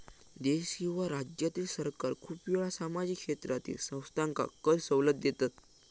देश किंवा राज्यातील सरकार खूप वेळा सामाजिक क्षेत्रातील संस्थांका कर सवलत देतत